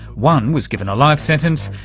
one was given a life sentence,